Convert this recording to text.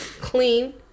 clean